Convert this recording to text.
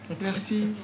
Merci